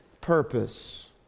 purpose